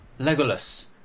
Legolas